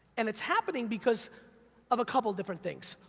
and it's happening because of a couple of different things,